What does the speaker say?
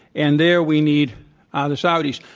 and there, we need ah the saudis.